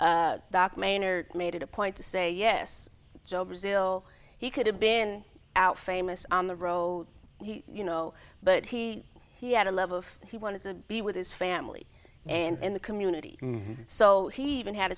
and doc maynard made it a point to say yes joe brazil he could have been out famous on the road you know but he he had a love of he wanted to be with his family and the community so he even had